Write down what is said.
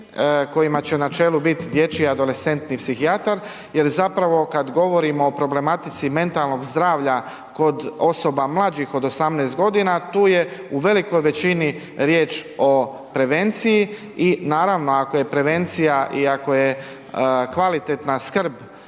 kojima će u načelu bit dječji adolescentni psihijatar, jer zapravo kad govorimo o problematici mentalnog zdravlja kod osoba mlađih od 18.g., tu je u velikoj većini riječ o prevenciji i naravno, ako je prevencija i ako je kvalitetna skrb